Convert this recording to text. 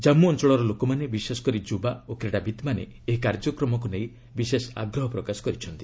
ଜମ୍ମୁ ଅଞ୍ଚଳର ଲୋକମାନେ ବିଶେଷକରି ଯୁବା ଓ କ୍ରୀଡ଼ାବିତ୍ମାନେ ଏହି କାର୍ଯ୍ୟକ୍ରମକୁ ନେଇ ବିଶେଷ ଆଗ୍ରହ ପ୍ରକାଶ କରିଛନ୍ତି